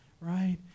right